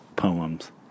poems